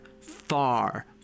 far